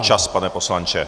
Čas, pane poslanče.